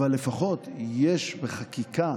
אבל לפחות יש בחקיקה